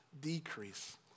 decrease